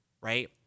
right